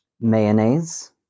Mayonnaise